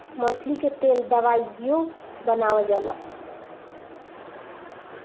मछली के तेल दवाइयों बनावल जाला